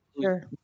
Sure